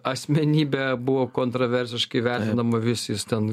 asmenybė buvo kontroversiškai vertinama vis jis ten